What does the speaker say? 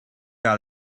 out